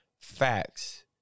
facts